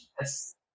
Yes